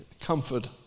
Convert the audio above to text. comfort